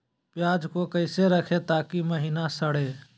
प्याज को कैसे रखे ताकि महिना सड़े?